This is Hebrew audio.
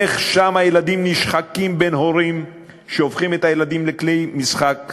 איך שם הילדים נשחקים בין הורים שהופכים אותם לכלי משחק,